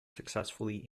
successfully